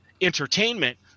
entertainment